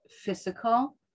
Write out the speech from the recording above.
physical